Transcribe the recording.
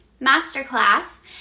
masterclass